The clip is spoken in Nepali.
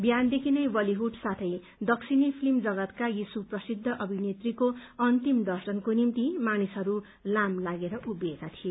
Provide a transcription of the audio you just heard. बिहानदेखि नै बतीवुड साथै दक्षिणी फित्म जगतका यी सुप्रसिद्ध अभिनेत्रीको अन्तिम दर्शनको निम्ति मानिसहरू लाम लागेर उभिएका थिए